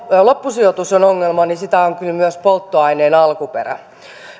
loppusijoitus on ongelma niin sitä on kyllä myös polttoaineen alkuperä